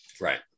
right